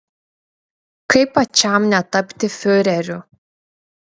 kaip pačiam netapti fiureriu